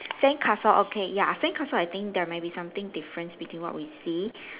sandcastle okay ya sandcastle I think there may be something difference between what we see